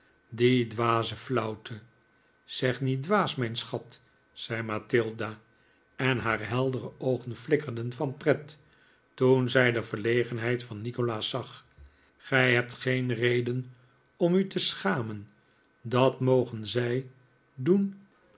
die dwaze flauwte zeg niet dwaas mijn schat zei mathilda en haar heldere oogen flikkerden van pret toen zij de verlegenheid van nikolaas zag gij hebt geen reden om u te schamen dat mogen zij doen